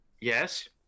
Yes